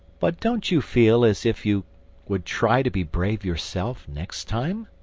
but don't you feel as if you would try to be brave yourself next time?